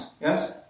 Yes